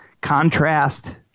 contrast